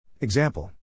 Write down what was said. Example